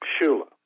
Shula